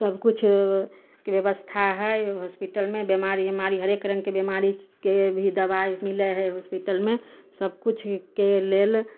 सबकिछुके व्यवस्था हइ उ हॉस्पिटलमे बीमारी उमारी हरेक रङ्गके बीमारीके भी दबाइ मिलय हइ हॉस्पिटलमे सबकिछुके लेल